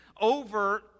over